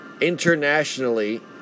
internationally